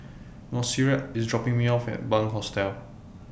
Monserrat IS dropping Me off At Bunc Hostel